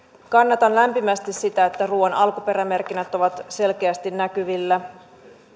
kannatan lämpimästi sitä että ruuan alkuperämerkinnät ovat selkeästi näkyvillä